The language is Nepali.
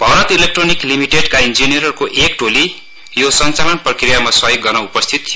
भरत इलेकट्रोनिङ लिमिटेड ईञ्जिनियरहरुको एक टोली संचालन प्रक्रियामा सहयोग गर्ने उपस्थित थियो